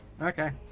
Okay